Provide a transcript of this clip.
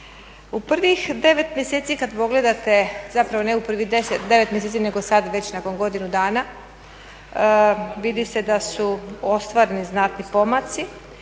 U prvih 9 mjeseci kad pogledate, zapravo ne u prvih 9 mjeseci nego sad već nakon godinu dana, vidi se da ostvareni znatni pomaci